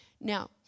Now